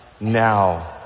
now